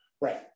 Right